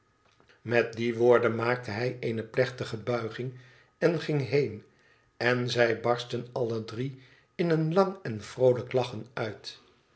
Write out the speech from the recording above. met die woorden maakte hij eene plechtige buiging en ging heen en zij barstten alle drie in een lang en vroolijk lachen uit